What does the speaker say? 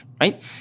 right